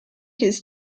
his